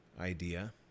Idea